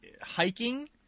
hiking